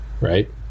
right